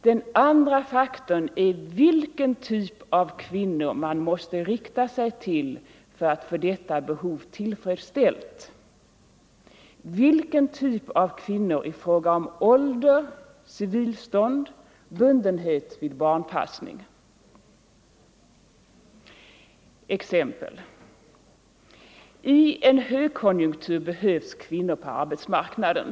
Den andra faktorn är vilken typ av 28 november 1974 kvinnor man måste rikta sig till för att få detta behov tillfredsställt — vilken typ av kvinnor i fråga om ålder, civilstånd och bundenhet vid Jämställdhet barnpassning. mellan män och Exempel: I en högkonjunktur behövs kvinnor på arbetsmarknaden.